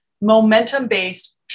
momentum-based